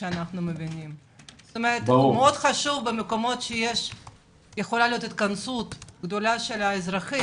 מאוד חשוב שבמקומות שיכולה להיות התכנסות גדולה של אזרחים,